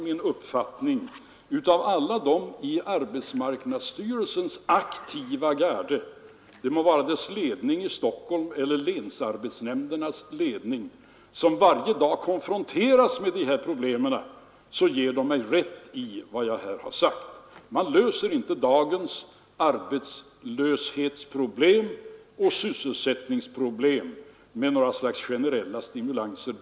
Min uppfattning är — och alla i arbetsmarknadsstyrelsens aktiva garde, det må vara dess ledning i Stockholm eller länsarbetsnämndernas ledning som varje dag konfronteras med dessa problem, ger mig rätt när jag säger det — att man löser inte dagens arbetslöshetsoch sysselsättningsproblem med generella stimulanser.